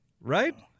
right